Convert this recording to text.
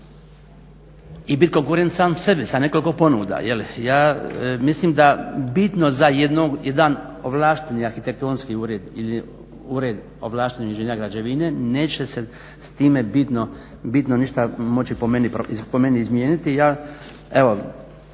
i bit konkurent sam sebi sa nekoliko ponuda, jel. Ja mislim da bitno za jednog, jedan ovlašteni arhitektonski ured ili ured ovlaštenog inženjera građevine neće se s time bitno ništa moći po meni izmijeniti.